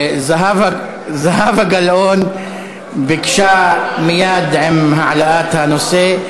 זהבה גלאון ביקשה מייד עם העלאת הנושא.